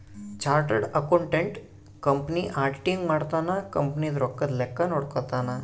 chartered accountant company auditing ಮಾಡ್ತನ company ದು ರೊಕ್ಕದ ಲೆಕ್ಕ ನೋಡ್ಕೊತಾನ